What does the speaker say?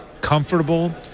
comfortable